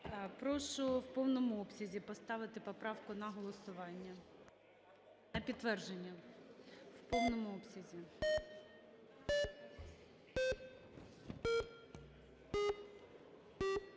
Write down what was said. Прошу в повному обсязі поставити поправку на голосування. На підтвердження, в повному обсязі.